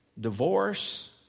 divorce